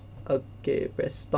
okay press stop